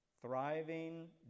thriving